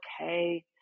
okay